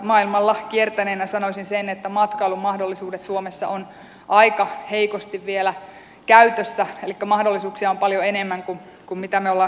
maailmalla kiertäneenä sanoisin sen että matkailun mahdollisuudet suomessa ovat aika heikosti vielä käytössä elikkä mahdollisuuksia on paljon enemmän kuin mitä me olemme hyödyntäneet